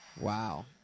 Wow